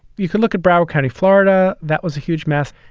you can look at broward county, florida. that was a huge mess.